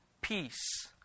peace